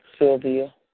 Sylvia